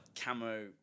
camo